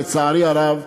לצערי הרב,